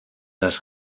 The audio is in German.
das